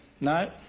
no